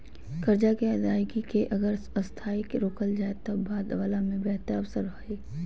कर्जा के अदायगी के अगर अस्थायी रोकल जाए त बाद वला में बेहतर अवसर हइ